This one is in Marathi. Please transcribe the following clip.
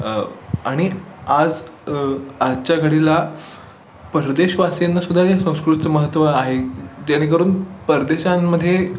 आणि आज आजच्या घडीला परदेशवासियांनासुद्धा हे संस्कृतचं महत्त्व आहे जेणेकरून परदेशांमध्ये